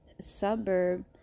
suburb